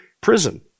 prison